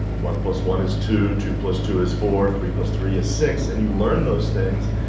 one plus one is two, two plus two is four, three plus three is six and you learn those things.